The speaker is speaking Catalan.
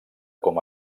com